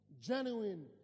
genuine